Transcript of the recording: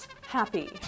happy